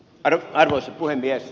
arvoisa puhemies